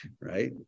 right